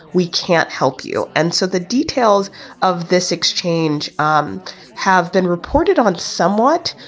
we can't help you. and so the details of this exchange um have been reported on somewhat.